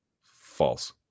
False